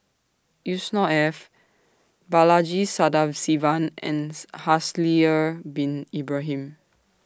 Yusnor Ef Balaji Sadasivan and Haslir Bin Ibrahim